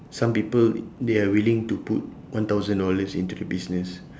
some people they are willing to put one thousand dollars into the business